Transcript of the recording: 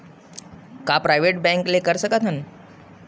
का private bank ले कर सकत हन?